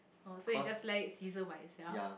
oh so you just let it sizzle by itself